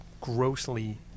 grossly